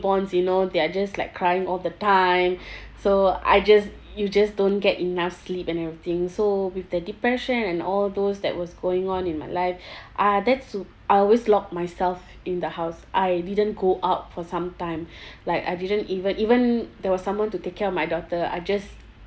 you know they're just like crying all the time so I just you just don't get enough sleep and everything so with the depression and all those that was going on in my life ah that su~ I always lock myself in the house I didn't go out for some time like I didn't even even there were someone to take care of my daughter I just